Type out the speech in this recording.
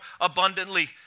abundantly